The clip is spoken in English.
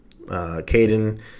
caden